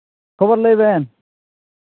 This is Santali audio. ᱠᱷᱚᱵᱚᱨ ᱞᱟᱹᱭ ᱵᱮᱱ